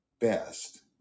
best